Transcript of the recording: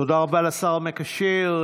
תודה רבה לשר המקשר.